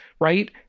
right